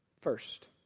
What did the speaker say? first